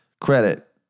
credit